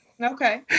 Okay